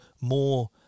more